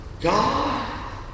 God